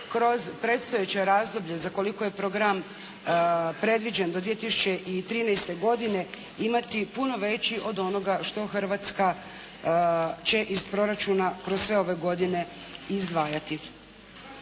kroz predstojeće razdoblje za koliko je program predviđen do 2013. godine imati puno veći od onoga što Hrvatska će iz proračuna kroz sve ove godine izdvajati.